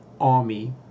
army